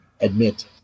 admit